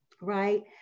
right